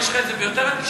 יש לך את זה ביותר אנטישמי?